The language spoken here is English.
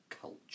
culture